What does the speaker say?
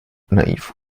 naiv